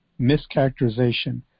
mischaracterization